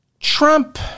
Trump